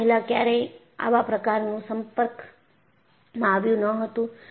આના પહેલા ક્યારેય આવા પ્રકારનું સંપર્કમાં આવ્યું ન હતું